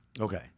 Okay